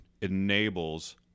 enables